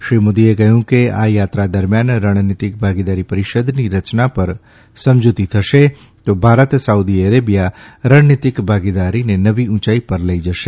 શ્રી મોદીએ કહ્યું કે આ યાત્રા દરમ્યાન રણનીતિક ભાગીદારી પરિષદની રચના પર સમજૂતી થશે તો ભારત સાઉદી અરેબિયા રણનીતિક ભાગીદારીને નવી ઉંચાઇ પર લઇ જશે